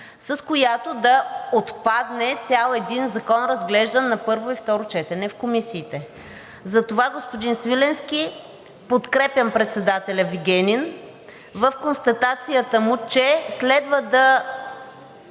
с която да отпадне цял един закон, разглеждан на първо и второ четене в комисиите. Затова, господин Свиленски, подкрепям председателя Вигенин в констатацията му, че следва, ако